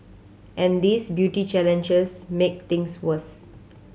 and these beauty challenges make things worse